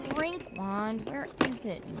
shrink wand where is it?